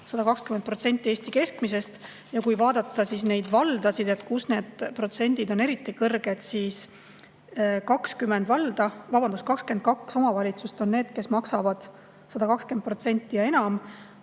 120% Eesti keskmisest. Kui vaadata neid valdasid, kus need protsendid on eriti kõrged, siis 22 omavalitsust on need, kes maksavad 120% ja enam,